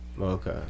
Okay